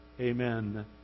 Amen